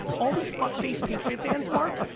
all these fuck face patriot bands marc,